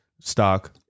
stock